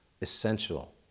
essential